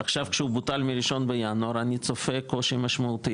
מהרגע שהוא בוטל בראשון לינואר אני צופה קושי משמעותי